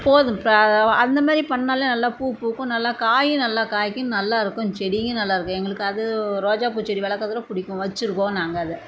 போதும் இப்போ அந்த மாதிரி பண்ணிணாலே நல்லா பூ பூக்கும் நல்லா காயும் நல்லா காய்க்கும் நல்லாயிருக்கும் செடியும் நல்லாயிருக்கும் எங்களுக்கு அது ரோஜாப்பூ செடி வளர்க்குறதுலாம் பிடிக்கும் வச்சுருக்கோம் நாங்கள் அதை